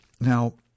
Now